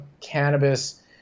cannabis